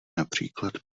například